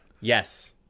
Yes